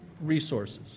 resources